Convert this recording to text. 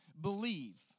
believe